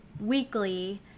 weekly